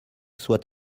soir